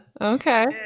okay